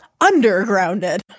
undergrounded